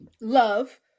love